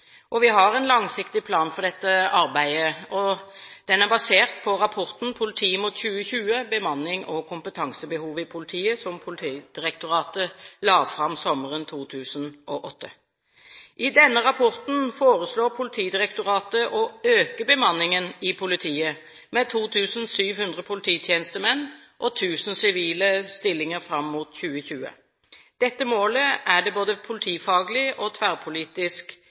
Vi har en langsiktig plan for dette arbeidet. Den er basert på rapporten «Politiet mot 2020 – Bemannings- og kompetansebehov i politiet», som Politidirektoratet la fram sommeren 2008. I denne rapporten foreslår Politidirektoratet å øke bemanningen i politiet med 2 700 polititjenestemenn og 1 000 sivile stillinger fram mot 2020. Dette målet er det både politifaglig og tverrpolitisk